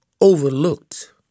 overlooked